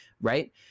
right